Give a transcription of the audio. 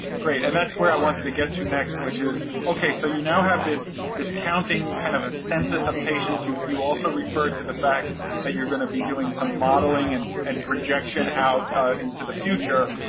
great, and that's where i wanted to get to next, which is, okay, so you now have this this counting, kind of a census of patients, you you also refer to the fact that you're gonna be doing some modeling and and projection out into the future,